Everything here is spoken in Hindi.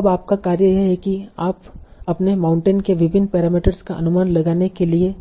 अब आपका कार्य यह है कि आप अपने माउंटेन के विभिन्न पैरामीटर्स का अनुमान लगाने के लिए